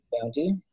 Bounty